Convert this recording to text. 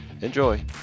Enjoy